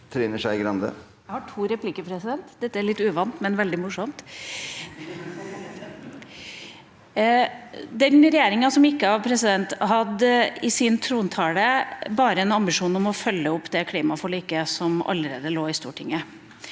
Jeg har to replik- ker – dette er litt uvant, men veldig morsomt. Regjeringa som gikk av, hadde i sin trontale bare en ambisjon om å følge opp det klimaforliket som allerede lå i Stortinget.